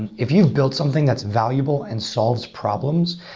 and if you've built something that's valuable and solves problems,